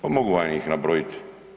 Pa mogu vam ih nabrojiti.